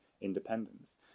independence